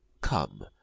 Come